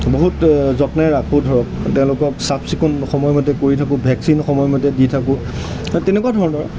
বহুত যত্নেৰে ৰাখোঁ ধৰক তেওঁলোকক চাফ চিকুণ সময়মতে কৰি থাকোঁ ভেকচিন সময়মতে দি থাকোঁ তেনেকুৱা ধৰণৰ